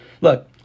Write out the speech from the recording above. look